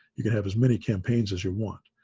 you can have as many campaigns as you want.